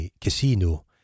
casino